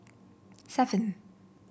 seven